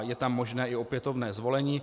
Je tam možné i opětovné zvolení.